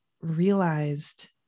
realized